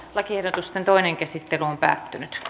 lakiehdotusten toinen käsittely päättyi